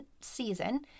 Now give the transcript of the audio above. season